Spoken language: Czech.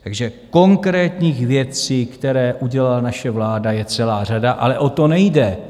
Takže konkrétních věcí, které udělala naše vláda, je celá řada, ale o to nejde.